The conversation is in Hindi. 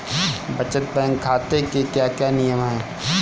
बचत बैंक खाते के क्या क्या नियम हैं?